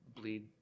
bleed